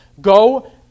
go